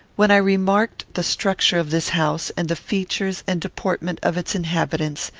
when i remarked the structure of this house, and the features and deportment of its inhabitants,